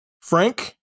Frank